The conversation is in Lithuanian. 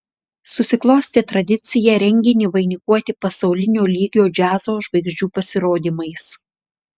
susiklostė tradicija renginį vainikuoti pasaulinio lygio džiazo žvaigždžių pasirodymais